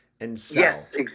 yes